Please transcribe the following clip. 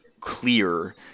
clear